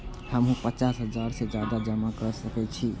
हमू पचास हजार से ज्यादा जमा कर सके छी?